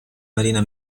marina